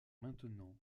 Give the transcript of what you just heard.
maintenant